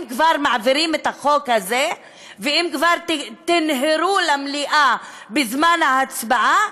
אם כבר מעבירים את החוק הזה ואם כבר תנהרו למליאה בזמן ההצבעה,